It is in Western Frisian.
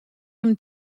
jimme